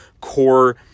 core